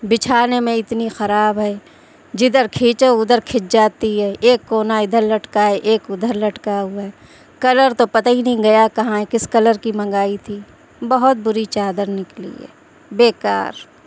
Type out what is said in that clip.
بچھانے میں اتنی خراب ہے جدھر کھینچو ادھر کھنچ جاتی ہے ایک کونا ادھر لٹکا ہے ایک ادھر لٹکا ہوا ہے کلر تو پتا ہی نہیں گیا کہاں ہے کس کلر کی منگائی تھی بہت بری چادر نکلی ہے بےکار